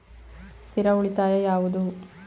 ಸ್ಥಿರ ಉಳಿತಾಯ ಯಾವುದು?